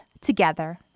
together